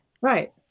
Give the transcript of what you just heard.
Right